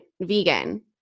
vegan